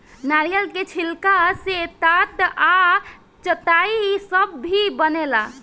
नारियल के छिलका से टाट आ चटाई सब भी बनेला